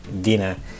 dinner